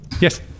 Yes